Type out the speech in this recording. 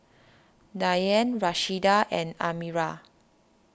Diann Rashida and Admiral